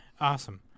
Awesome